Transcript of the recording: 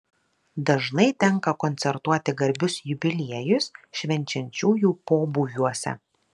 dažnai tenka koncertuoti garbius jubiliejus švenčiančiųjų pobūviuose